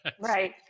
Right